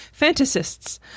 fantasists